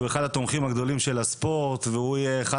שהוא אחד התומכים הגדולים של הספורט והוא יהיה אחד